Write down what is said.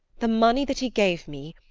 the money that he gave me,